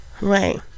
right